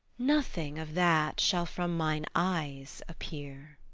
nothing of that shall from mine eyes appear.